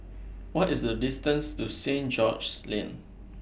What IS The distance to Saint George's Lane